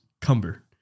cumber